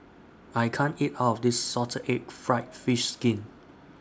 I can't eat All of This Salted Egg Fried Fish Skin